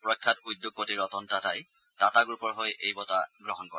প্ৰখ্যাত উদ্যোগপতি ৰতন টাটাই টাটা গ্ৰুপৰ হৈ এই বঁটা গ্ৰহণ কৰে